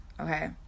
okay